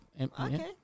Okay